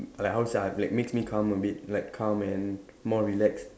like how to say ah like makes me calm a bit like calm and more relax